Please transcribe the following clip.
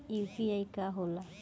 UPI का होला?